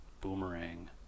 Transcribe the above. boomerang